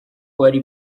uwari